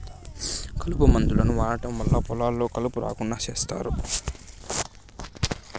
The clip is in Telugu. కలుపు మందులను వాడటం వల్ల పొలాల్లో కలుపు రాకుండా చేత్తారు